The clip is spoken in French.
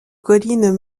collines